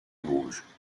vosges